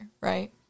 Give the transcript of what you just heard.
right